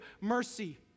mercy